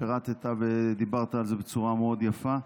פירטת ודיברת על זה בצורה מאוד יפה,